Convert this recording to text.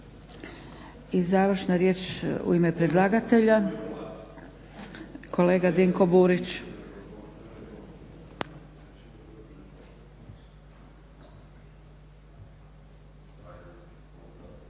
I završna riječ u ime predlagatelja. Kolega Dinko Burić.